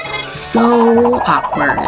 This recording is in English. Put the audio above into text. so awkward!